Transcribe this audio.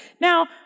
Now